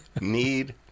need